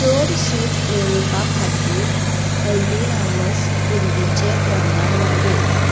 चड सूट मेळोवपा खातीर हल्दिराम्स बुंदीचें प्रमाण वाडय